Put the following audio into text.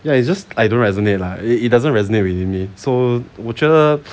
ya it's just I don't resonate lah it doesn't resonate with me so 我觉得